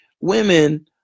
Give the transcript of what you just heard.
women